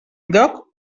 lloc